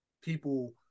people